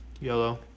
Yellow